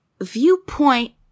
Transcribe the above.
viewpoint